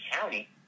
County